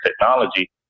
technology